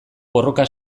borroka